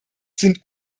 sind